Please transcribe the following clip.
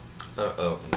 Uh-oh